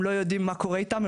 הם לא יודעים מה קורה איתם,